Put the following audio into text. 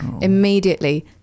Immediately